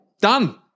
Done